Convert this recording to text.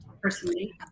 personally